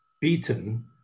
beaten